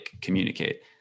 communicate